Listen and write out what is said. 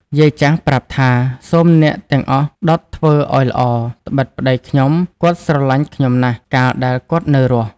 យាយចាស់ប្រាប់ថា "សូមអ្នកទាំងអស់ដុតធ្វើឲ្យល្អ ត្បិតប្តីខ្ញុំ គាត់ស្រឡាញ់ខ្ញុំណាស់ កាលដែលគាត់នៅរស់" ។